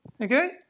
Okay